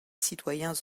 citoyens